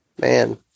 man